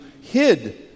hid